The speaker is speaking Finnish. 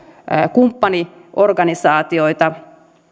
kumppaniorganisaatioita